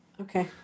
Okay